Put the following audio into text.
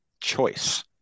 choice